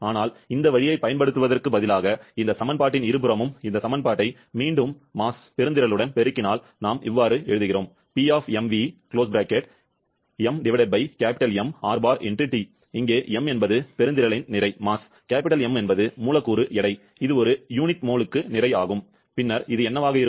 ஆனால் இந்த வழியைப் பயன்படுத்துவதற்குப் பதிலாக இந்த சமன்பாட்டின் இருபுறமும் இந்த சமன்பாட்டை மீண்டும் பெருந்திறலுடன் பெருக்கினால் நாம் எழுதுகிறோம் எங்கே m என்பது பொருளின் நிறை M என்பது மூலக்கூறு எடை இது ஒரு யூனிட் மோலுக்கு நிறை பின்னர் இது என்னவாக இருக்கும்